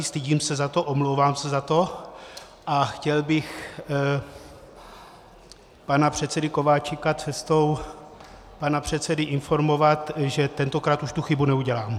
Stydím se za to, omlouvám se za to a chtěl bych pana předsedu Kováčika cestou pana předsedy informovat, že tentokrát už tu chybu neudělám.